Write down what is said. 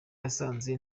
yasanze